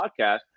podcast